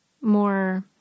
more